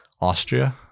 Austria